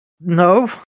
no